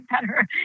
better